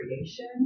creation